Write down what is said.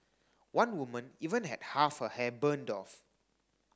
one woman even had half her hair burned off